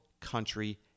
country